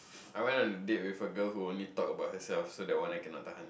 I went to a date with a girl who only talked about herself so that one I cannot tahan